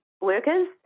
workers